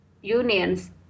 unions